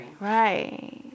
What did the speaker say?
right